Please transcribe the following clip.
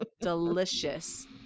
delicious